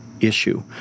issue